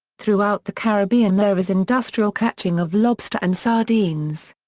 throughout the caribbean there is industrial catching of lobster and sardines.